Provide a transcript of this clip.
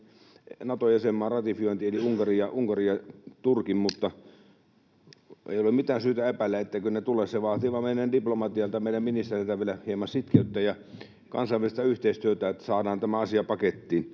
Nato-jäsenmaan ratifioinnit, eli Unkarin ja Turkin, mutta ei ole mitään syytä epäillä, etteivätkö ne tule — se vaatii vain meidän diplomatialta, meidän ministereiltämme vielä hieman sitkeyttä ja kansainvälistä yhteistyötä, että saadaan tämä asia pakettiin.